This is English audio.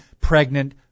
pregnant